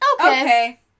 Okay